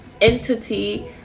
entity